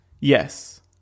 yes